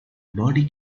body